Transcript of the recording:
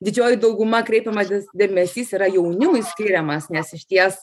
didžioji dauguma kreipiama dėmesys yra jaunimui skiriamas nes išties